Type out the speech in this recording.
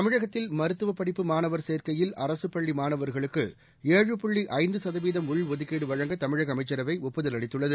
தமிழகத்தில் மருத்துவ படிப்பு மாணவர் சேர்க்கையில் அரசு பள்ளி மாணவர்களுக்கு ஏழு புள்ளி ஐந்து சதவீதம் உள்ஒதுக்கீடு வழங்க தமிழக அமைச்சரவை ஒப்புதல் அளித்துள்ளது